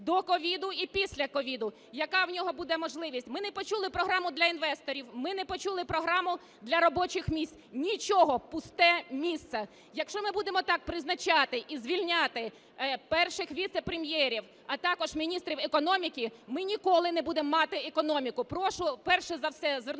до COVID і після COVID, яка в нього буде можливість. Ми не почули програму для інвесторів. Ми не почули програму для робочих місць. Нічого! Пусте місце! Якщо ми будемо так призначати і звільняти перших віцепрем'єрів, а також міністрів економіки, ми ніколи не будемо мати економіку.